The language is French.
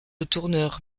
letourneur